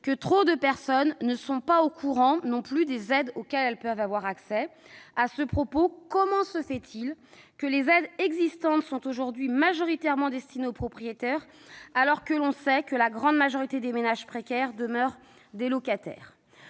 que trop de personnes ne sont pas au courant non plus des aides auxquelles elles peuvent avoir accès. À ce propos, comment se fait-il que les aides existantes soient aujourd'hui majoritairement destinées aux propriétaires, alors que l'on sait que la grande majorité des ménages précaires demeurent des locataires ?